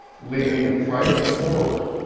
leaning a trifle forward,